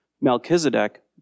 Melchizedek